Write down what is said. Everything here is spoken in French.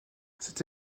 cette